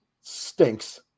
stinks